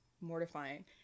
mortifying